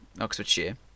Oxfordshire